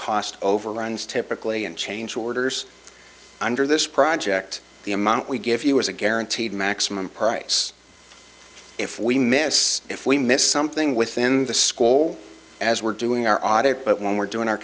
cost overruns typically and change orders under this project the amount we give you is a guaranteed maximum price if we miss if we miss something within the school as we're doing our audit but when we're doing our